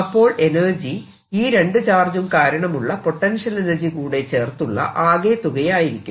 അപ്പോൾ എനർജി ഈ രണ്ടു ചാർജും കാരണമുള്ള പൊട്ടൻഷ്യൽ എനർജി കൂടെ ചേർത്തുള്ള ആകെ തുകയായിരിക്കും